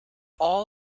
all